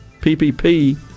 PPP